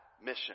mission